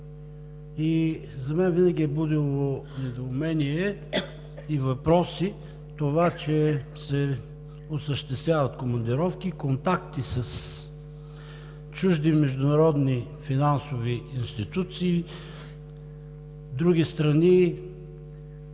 За мен винаги е будило недоумение това, че се осъществяват командировки, контакти с международните финансови институции, с другите страни